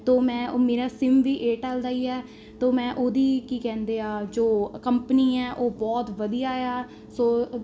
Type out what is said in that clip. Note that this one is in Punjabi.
ਤੋ ਮੈਂ ਮੇਰਾ ਸਿਮ ਵੀ ਏਅਰਟੈੱਲ ਦਾ ਹੀ ਹੈ ਤੋ ਮੈਂ ਉਹਦੀ ਕੀ ਕਹਿੰਦੇ ਆ ਜੋ ਕੰਪਨੀ ਹੈ ਉਹ ਬਹੁਤ ਵਧੀਆ ਆ ਸੋ